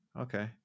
Okay